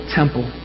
temple